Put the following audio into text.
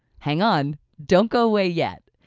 hang on, don't go away yet.